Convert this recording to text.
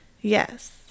Yes